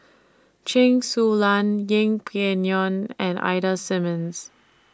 Chen Su Lan Yeng Pway Ngon and Ida Simmons